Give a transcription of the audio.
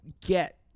get